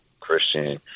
Christian